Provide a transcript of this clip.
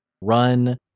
run